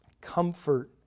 comfort